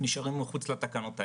נשארים מחוץ לתקנות האלה.